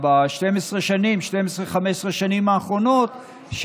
ב-15-12 השנים האחרונות,